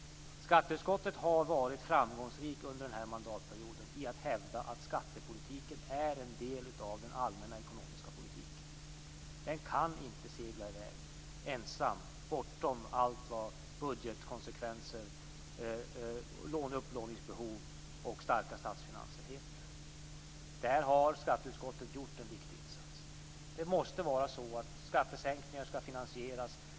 Skatteutskottet har varit framgångsrikt under den här mandatperioden i att hävda att skattepolitiken är en del av den allmänna ekonomiska politiken. Den kan inte segla i väg ensam bortom allt vad budgetkonsekvenser, upplåningsbehov och starka statsfinanser heter. Där har skatteutskottet gjort en viktig insats. Det måste vara så att skattesänkningar skall finansieras.